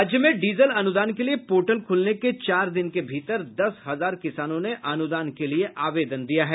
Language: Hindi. राज्य में डीजल अनुदान के लिए पोर्टल खूलने के चार दिन के भीतर दस हजार किसानों ने अनुदान के लिए आवेदन दिया है